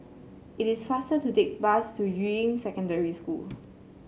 it is faster to take bus to Yuying Secondary School